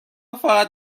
فقط